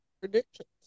predictions